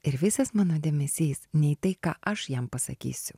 ir visas mano dėmesys ne į tai ką aš jam pasakysiu